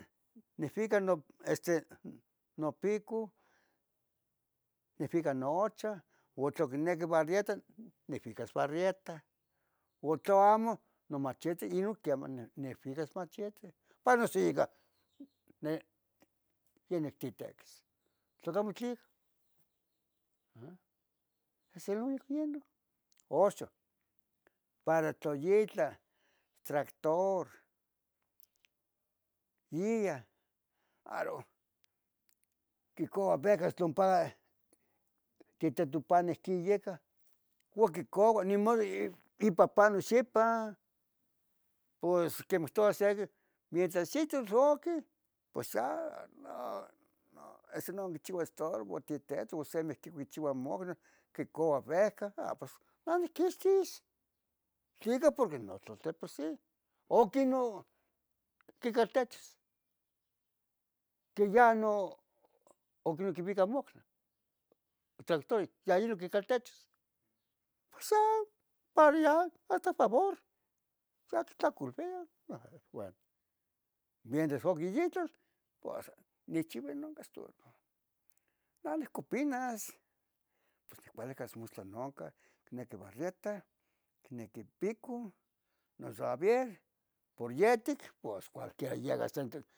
Nihvica nopico, nihvica noochah u tla quinequi barreta nicuicas barreta u tla amo nomachete yeh iquemo nicvicas machete panos iga yeh nictetequis tla camo tlica eh, es el uni yenon. Oxon para tla yitla tractor iga aro quincoua pecas con pa tita tu pan gica uan quicoua nimodo ipa panos xipa, pos quemeh quehtoua sequi mientras ito roque san non quichiua estorbo titetl o semeh tiquichiua mogre quicova veja ah maniquihtis tlica porque notloltiposi o quinon ticaltecho qui ya no ocniquivica moc n tractor ya inon quicaltechos pos ah, para yah hasta favor ya ictlacolvia ah bueno, mientras oquiyetlos pos nicchiua nonca estorbo vale copinas pos nicualicas mostla nonca icniqui barreta, icniqui pico, no avier por yetic pos cualquira yaga